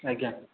ଆଜ୍ଞା